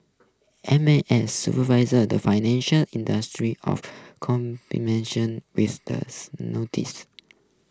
M A S supervises the financial industry of with these notices